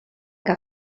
que